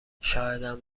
شایدم